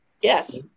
yes